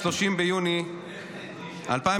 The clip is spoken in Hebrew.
ב-30 ביוני 2022,